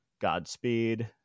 godspeed